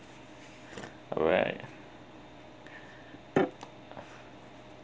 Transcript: alright